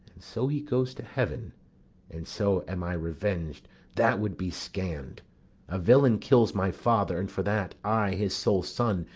so he goes to heaven and so am i reveng'd that would be scann'd a villain kills my father and for that, i, his sole son,